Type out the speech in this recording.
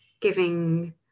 giving